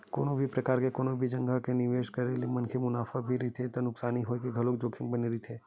कोनो भी परकार के कोनो भी जघा म निवेस के करे ले मनखे ल मुनाफा भी रहिथे त नुकसानी होय के घलोक जोखिम बने रहिथे